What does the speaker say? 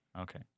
Okay